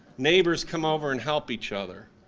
neighbors come over and help each other.